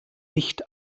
nicht